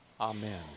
Amen